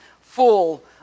full